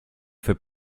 fait